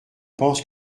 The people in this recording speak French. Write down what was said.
pense